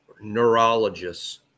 neurologists